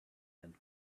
and